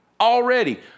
already